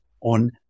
on